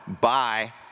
bye